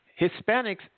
Hispanics